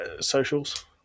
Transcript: socials